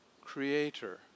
Creator